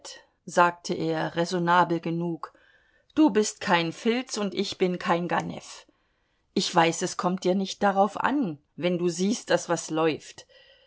sagte er räsonnabel genug du bist kein filz und ich bin kein ganeff ich weiß es kommt dir nicht darauf an wenn du siehst daß was läuft